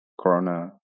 corona